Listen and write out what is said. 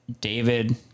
David